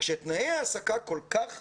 כשתנאי ההעסקה כל כך